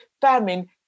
famine